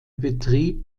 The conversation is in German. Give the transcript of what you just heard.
betrieb